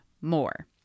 more